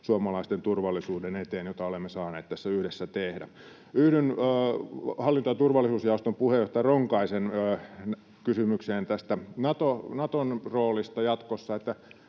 suomalaisten turvallisuuden eteen, jota olemme saaneet tässä yhdessä tehdä. Yhdyn hallinto- ja turvallisuusjaoston puheenjohtaja Ronkaisen kysymykseen tästä Naton roolista jatkossa.